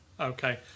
Okay